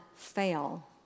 fail